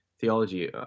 theology